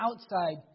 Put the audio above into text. outside